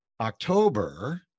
October